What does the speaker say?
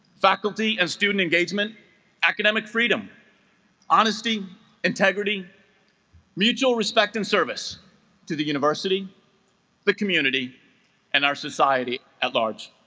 faculty and student engagement academic freedom honesty integrity mutual respect and service to the university the community and our society at large